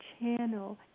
channel